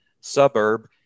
suburb